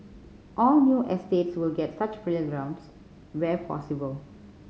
all new estates will get such playgrounds where possible